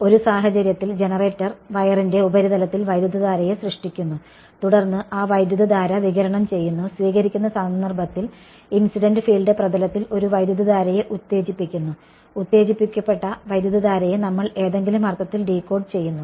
ഒരു സാഹചര്യത്തിൽ ജനറേറ്റർ വയറിന്റെ ഉപരിതലത്തിൽ വൈദ്യുതധാരയെ സൃഷ്ടിക്കുന്നു തുടർന്ന് ആ വൈദ്യുതധാര വികിരണം ചെയ്യുന്നു സ്വീകരിക്കുന്ന സന്ദർഭത്തിൽ ഇൻസിഡന്റ് ഫീൽഡ് പ്രതലത്തിൽ ഒരു വൈദ്യുതധാരയെ ഉത്തേജിപ്പിക്കുന്നു ഉത്തേജിപ്പിക്കപ്പെട്ട വൈദ്യുതധാരയെ നമ്മൾ ഏതെങ്കിലും അർത്ഥത്തിൽ ഡീകോഡ് ചെയ്യുന്നു